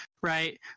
right